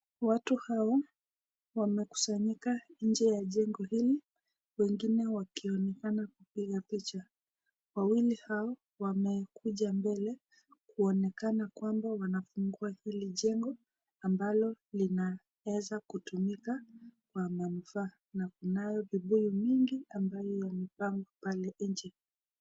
Watu hawa wamekusanyika nje ya jengo hili wengine wakionekana kupiga picha wawili hawa wamekuja mbele kuonekana kwamba wanafungua hili ni jengo ambayo linaweza kutumika kwa manufaa na kunao vipeo mingi ambayo yamepangwa pale nje.